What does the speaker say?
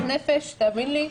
תאמיני לי.